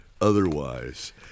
otherwise